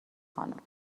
خانم